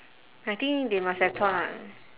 I think they must have thought ah